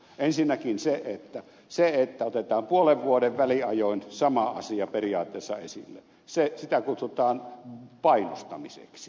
ensinnäkin sitä että otetaan puolen vuoden väliajoin sama asia periaatteessa esille kutsutaan painostamiseksi